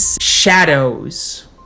shadows